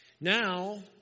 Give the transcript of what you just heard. Now